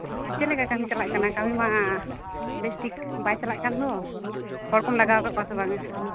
ᱟᱨ ᱪᱮᱫ ᱞᱮᱠᱟ ᱠᱟᱹᱢᱤ ᱪᱟᱞᱟᱜ ᱠᱟᱱᱟ ᱠᱟᱹᱢᱤ ᱢᱟ ᱵᱮᱥᱴᱷᱤᱠ ᱵᱟᱭ ᱪᱟᱞᱟᱜ ᱠᱟᱱ ᱫᱚ ᱦᱚᱲ ᱠᱚᱢ ᱞᱟᱜᱟᱣ ᱟᱠᱟᱫ ᱠᱚᱣᱟ ᱥᱮ ᱵᱟᱝᱼᱟ